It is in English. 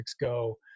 Go